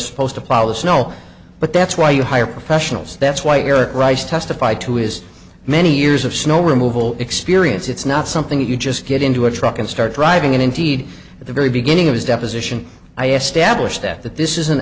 supposed to plow the snow but that's why you hire professionals that's why eric rice testify to his many years of snow removal experience it's not something you just get into a truck and start driving and indeed at the very beginning of his deposition i establishments that this is an